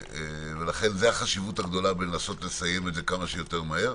ולכן זאת החשיבות הגדולה לנסות לסיים את זה כמה שיותר מהר,